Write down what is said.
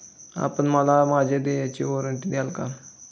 आपण मला माझे देयचे वॉरंट द्याल का?